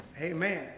Amen